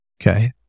Okay